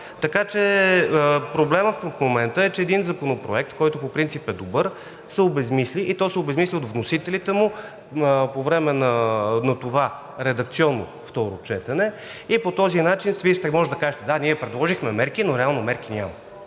Така че проблемът в момента е, че един законопроект, който по принцип е добър, се обезсмисли, и то се обезсмисли от вносителите му по време на това редакционно второ четене и по този начин Вие ще можете да кажете: „Да, ние предложихме мерки, но реално мерки няма.“